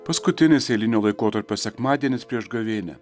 paskutinis eilinio laikotarpio sekmadienis prieš gavėnią